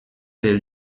del